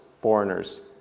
foreigners